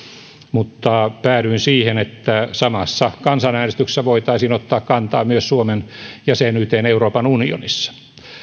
mutta päädyin siihen että samassa kansanäänestyksessä voitaisiin ottaa kantaa myös suomen jäsenyyteen euroopan unionissa